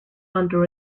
under